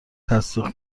تصدیق